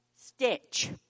Stitch